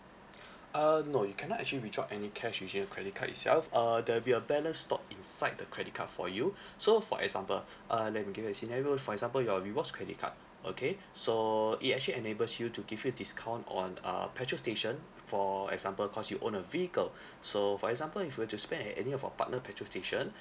uh no you cannot actually withdraw any cash using your credit card itself err there'll be a balance stored inside the credit card for you so for example uh let me give you a scenario for example your rewards credit card okay so it actually enables you to give you discount on uh petrol station for example cause you own a vehicle so for example if you were to spend at any of our partner petrol station